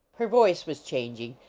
her voice was changing,